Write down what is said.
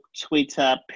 Twitter